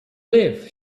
live